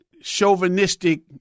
chauvinistic